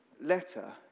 letter